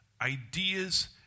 ideas